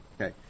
Okay